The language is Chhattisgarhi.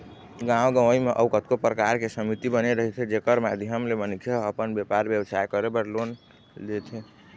गाँव गंवई म अउ कतको परकार के समिति बने रहिथे जेखर माधियम ले मनखे ह अपन बेपार बेवसाय करे बर लोन देथे